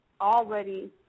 already